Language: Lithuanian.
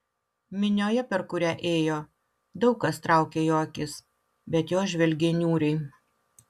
minioje per kurią ėjo daug kas traukė jo akis bet jos žvelgė niūriai